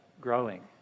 growing